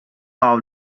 all